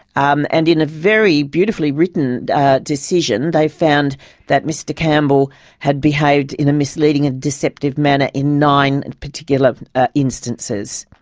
um and in a very beautifully written decision, they found that mr campbell had behaved in a misleading and deceptive manner in nine particular instances.